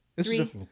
three